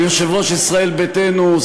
אל יושב-ראש ישראל ביתנו,